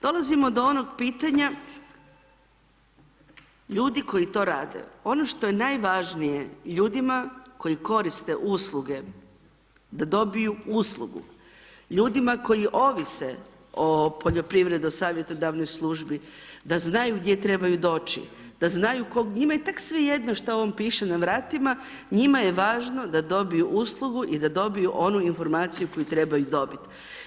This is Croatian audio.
Dolazimo do onog pitanja, ljudi koji to rade, ono što je najvažnije ljudima koje koriste usluge da dobiju uslugu, ljudima koji ovise o poljoprivredno savjetodavnoj službi da znaju gdje trebaju doći, da znaju kog, njima je tak svejedno šta ovom piše na vratima, njima je važno da dobiju uslugu i da dobiju onu informaciju koju trebaju dobiti.